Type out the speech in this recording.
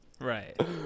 Right